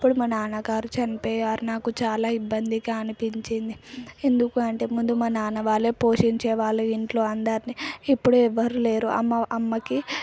అప్పుడు మా నాన్న గారు చనిపోయారు నాకు చాలా ఇబ్బందిగా అనిపించింది ఎందుకు అంటే ముందు మా నాన్న వాళ్ళే పోషించేవాళ్ళు ఇంట్లో అందరిని ఇప్పుడు ఎవరు లేరు అమ్మ అమ్మకి